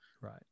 Right